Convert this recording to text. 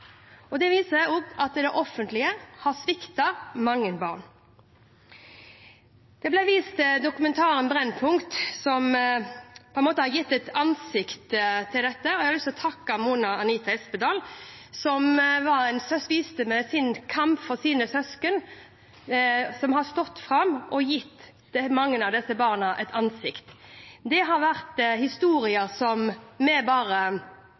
Det viser at det offentlige har sviktet mange barn. Det ble vist til Brennpunkt-dokumentaren som har gitt et ansikt til dette. Jeg har lyst til å takke Mona Anita Espedal som med sin kamp for sine søsken har stått fram og gitt mange av disse barna et ansikt. Det har vært historier som vi